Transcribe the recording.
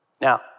Now